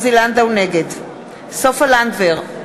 נגד סופה לנדבר,